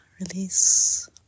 release